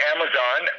Amazon